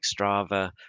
strava